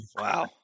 wow